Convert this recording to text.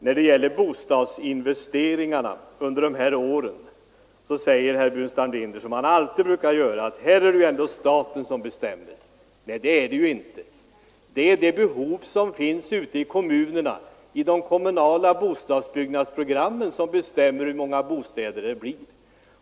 När det gäller bostadsinvesteringarna under de senaste åren säger herr Burenstam Linder, som han alltid brukar göra, att här är det ju ändå staten som bestämmer. Nej, det är det inte. Det är behovet i kommunerna och de kommunala bostadsbyggnadsprogrammen som i dagens läge avgör hur många bostäder som byggs.